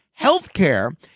Healthcare